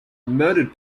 murdered